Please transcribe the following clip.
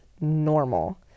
normal